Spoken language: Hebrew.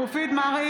איזה תרגיל?